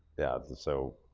yeah, so,